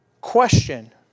question